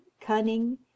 cunning